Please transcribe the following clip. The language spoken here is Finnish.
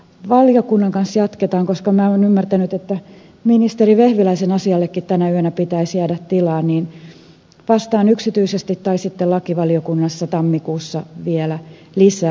valiokunnan kanssa jatketaan ja koska minä olen ymmärtänyt että ministeri vehviläisen asiallekin tänä yönä pitäisi jäädä tilaa niin vastaan yksityisesti tai sitten lakivaliokunnassa tammikuussa vielä lisää